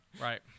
Right